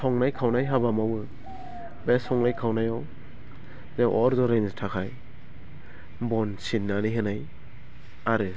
संनाय खावनाय हाबा मावो बे संनाय खावनायाव बे अर जरायनो थाखाय बन सिननानै होनाय आरो